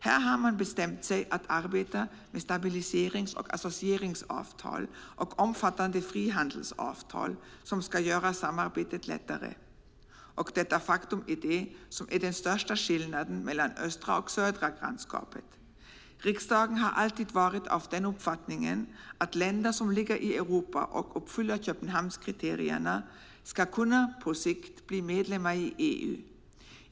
Här har man bestämt sig för att arbeta med stabiliserings och associeringsavtal och omfattande frihandelsavtal som ska göra samarbetet lättare. Detta faktum är det som är den största skillnaden mellan östra och södra grannskapet. Riksdagen har alltid varit av den uppfattningen att länder som ligger i Europa och uppfyller Köpenhamnskriterierna på sikt ska kunna bli medlemmar i EU.